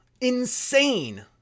Insane